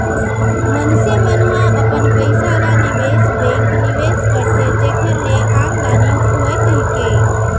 मनसे मन ह अपन पइसा ल निवेस बेंक निवेस करथे जेखर ले आमदानी होवय कहिके